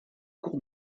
cours